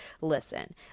Listen